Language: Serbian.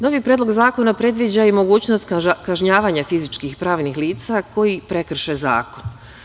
Novi predlog zakona predviđa i mogućnost kažnjavanja fizičkih i pravnih lica koji prekrše zakon.